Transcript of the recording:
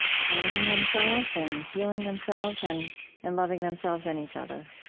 claiming themselves and healing themselves and and loving themselves and each other.